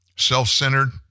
self-centered